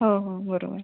हो हो बरोबर